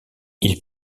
ils